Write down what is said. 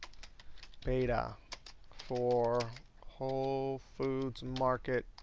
beta for whole foods market